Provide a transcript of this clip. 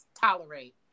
tolerate